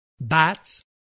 bats